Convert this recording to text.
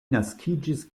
naskiĝis